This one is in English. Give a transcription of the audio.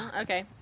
Okay